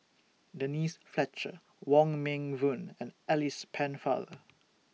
Denise Fletcher Wong Meng Voon and Alice Pennefather